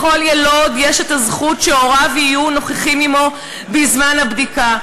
לכל יילוד יש זכות שהוריו יהיו נוכחים עמו בזמן הבדיקה.